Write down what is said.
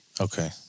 Okay